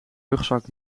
rugzak